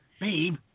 Babe